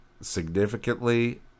significantly